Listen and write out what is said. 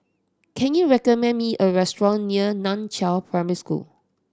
can you recommend me a restaurant near Nan Chiau Primary School